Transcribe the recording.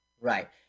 right